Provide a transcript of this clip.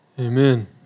Amen